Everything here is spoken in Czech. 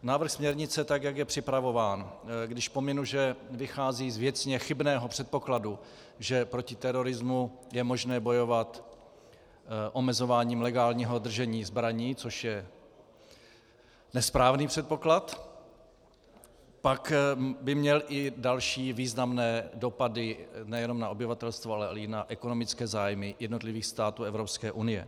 Návrh směrnice, tak jak je připravován, když pominu, že vychází z věcně chybného předpokladu, že proti terorismu je možné bojovat omezováním legálního držení zbraní, což je nesprávný předpoklad, pak by měl i další významné dopady nejenom na obyvatelstvo, ale i na ekonomické zájmy jednotlivých států EU.